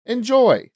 Enjoy